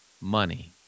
money